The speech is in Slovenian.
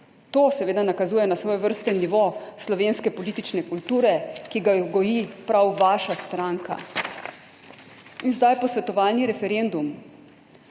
To seveda nakazuje na svojevrsten nivo slovenske politične kulture, ki ga goji prav vaša stranka. In zdaj posvetovalni referendum,